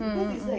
mm mm mm